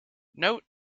note